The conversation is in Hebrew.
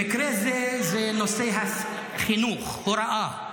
במקרה הזה זה נושא החינוך, ההוראה.